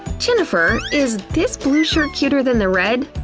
jennifer, is this blue shirt cuter than the red?